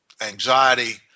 anxiety